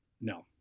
No